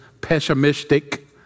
pessimistic